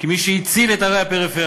מי שהציל את ערי הפריפריה.